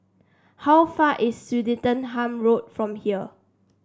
how far is Swettenham Road from here